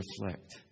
reflect